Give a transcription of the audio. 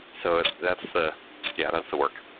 so that's the yeah, that's the work.